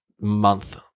month